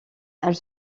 elle